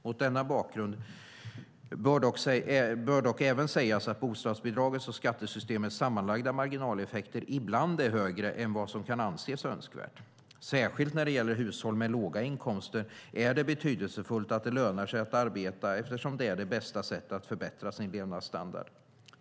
Mot denna bakgrund bör dock även sägas att bostadsbidragets och skattesystemets sammanlagda marginaleffekter ibland är högre än vad som kan anses önskvärt. Särskilt när det gäller hushåll med låga inkomster är det betydelsefullt att det lönar sig att arbeta eftersom det är det bästa sättet att förbättra sin levnadsstandard.